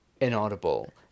inaudible